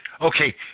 okay